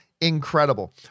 incredible